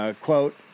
Quote